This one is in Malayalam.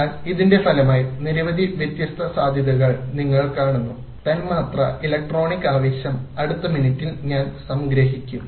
എന്നാൽ ഇതിന്റെ ഫലമായി നിരവധി വ്യത്യസ്ത സാധ്യതകൾ നിങ്ങൾ കാണുന്നു തന്മാത്രാ ഇലക്ട്രോണിക് ആവേശം അടുത്ത മിനിറ്റിൽ ഞാൻ സംഗ്രഹിക്കും